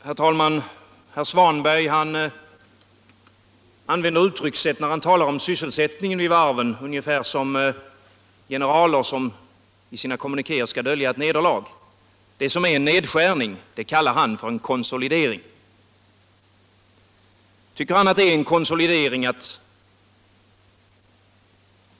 Herr talman! Herr Svanberg använder uttryckssätt när han talar om sysselsättningen vid varven ungefär som generaler som i sina kommunikéer skall dölja ett nederlag. Det som är en nedskärning kallar han för en konsolidering.